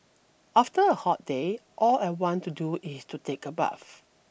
after a hot day all I want to do is to take a bath